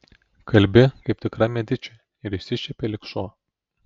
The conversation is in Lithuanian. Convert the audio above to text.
kalbi kaip tikra mediči ir išsišiepė lyg šuo